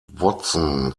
watson